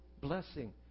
blessing